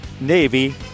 Navy